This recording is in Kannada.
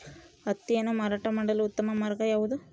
ಹತ್ತಿಯನ್ನು ಮಾರಾಟ ಮಾಡಲು ಉತ್ತಮ ಮಾರ್ಗ ಯಾವುದು?